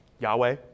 Yahweh